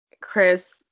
Chris